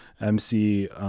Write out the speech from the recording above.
MC